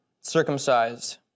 circumcised